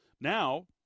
Now